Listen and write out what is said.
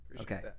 Okay